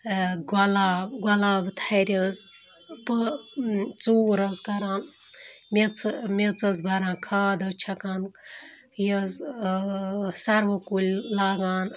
گۄلاب گۄلاب تھَرِ حظ پٲ ژوٗر حظ کَران میٚژ میٚژ حظ بَران کھاد حظ چھَکان یہِ حظ سَروٕ کُلۍ لاگان